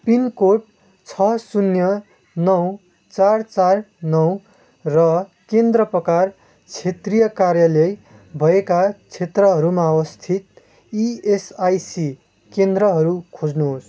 pin code छ शून्य नौ चार चार नौ र केन्द्र प्रकार क्षेत्रीय कार्यालय भएका क्षेत्रहरूमा अवस्थित इएसआइसी केन्द्रहरू खोज्नुहोस्